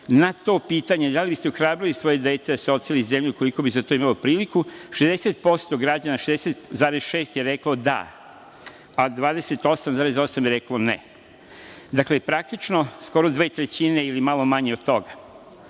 na to pitanje – Da li biste ohrabrili svoje dete da se odseli iz zemlje ukoliko bi za to imalo priliku – 60,6% građana je reklo „da“, a 28,8% je reklo „ne“. Dakle, praktično, skoro dve trećine ili malo manje od toga.